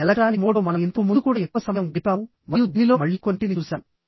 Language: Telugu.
ఎలక్ట్రానిక్ మోడ్ లో మనం ఇంతకు ముందు కూడా ఎక్కువ సమయం గడిపాము మరియు దీనిలో మళ్ళీ కొన్నింటిని చూశాము